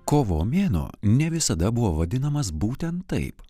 kovo mėnuo ne visada buvo vadinamas būtent taip